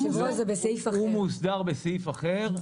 הוא מוסדר בסעיף אחר.